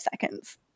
seconds